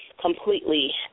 Completely